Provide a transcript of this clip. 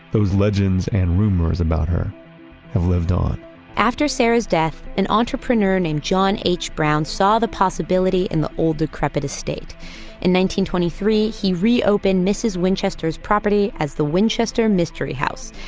those legends and rumors about her have lived on after sarah's death, an entrepreneur named john h. brown saw the possibility in the old, decrepit estate and twenty three he reopened mrs. winchester's property as the winchester mystery house,